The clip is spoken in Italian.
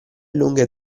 lunghe